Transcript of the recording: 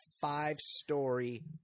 five-story